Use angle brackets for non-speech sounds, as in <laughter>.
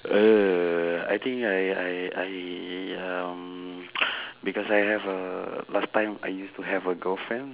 uh I think I I I um <breath> because I have uh last time I use to have a girlfriend